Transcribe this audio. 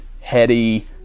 heady